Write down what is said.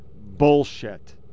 bullshit